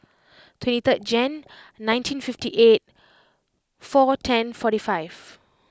twenty third Jan nineteen fifty eight four ten forty five